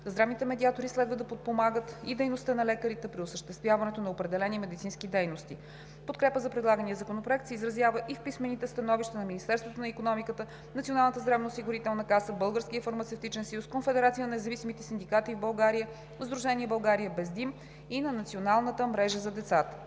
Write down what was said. здравните медиатори следва да подпомагат и дейността на лекарите при осъществяването на определени медицински дейности. Подкрепа за предлагания законопроект се изразява и в писмените становища на Министерството на икономиката, Националната здравноосигурителна каса, Българския фармацевтичен съюз, Конфедерацията на независимите синдикати в България, Сдружение „България без дим“ и на Националната мрежа за децата.